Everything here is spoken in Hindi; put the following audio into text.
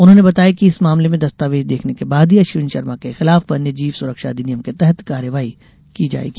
उन्होंने बताया कि इस मामले में दस्तावेज देखने के बाद ही अश्विन शर्मा के खिलाफ वन्य जीव सुरक्षा अधिनियम के तहत कार्यवाही की जाएगी